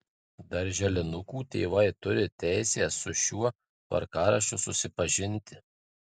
darželinukų tėvai turi teisę su šiuo tvarkaraščiu susipažinti